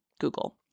google